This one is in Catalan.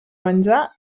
menjà